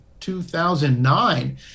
2009